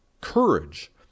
courage